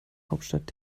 hauptstadt